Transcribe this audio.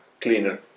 cleaner